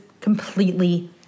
completely